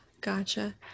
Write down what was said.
gotcha